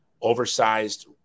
oversized